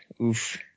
Oof